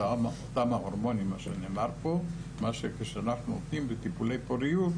אותם ההורמונים מאשר כשאנחנו נותנים בטיפולי פוריות